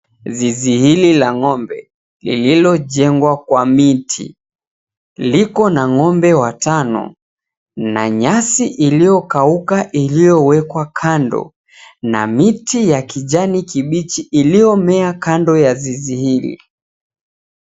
Zizi hili la ng'ombe, lililojengwa kwa miti liko na ng'ombe watano na nyasi iliyokauka iliyowekwa kando na miti ya kijani kibichi iliyomea kando ya zizi hili.